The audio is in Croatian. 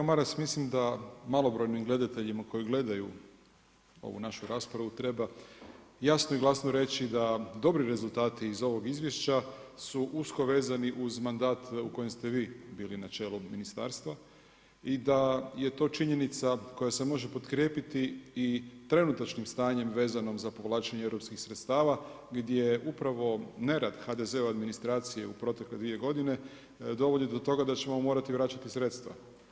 Pa kolega Maras, mislim da malobrojnim gledateljima koji gledaju ovu našu raspravu treba jasno i glasno reći da dobri rezultati iz ovog izvješća su usko vezani uz mandat u kojem ste vi bili na čelu ministarstva i da je to činjenica koja se može potkrijepiti i trenutačnim stanje vezanom za povlačenje europskih sredstava gdje upravo nerad HDZ-ove administracije u protekle dvije godine dovodi do toga da ćemo morati vraćati sredstva.